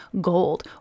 gold